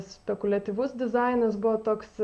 spekuliatyvus dizainas buvo toks